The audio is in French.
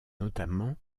notamment